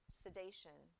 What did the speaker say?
sedation